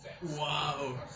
Wow